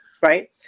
right